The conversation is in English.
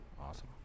awesome